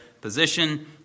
position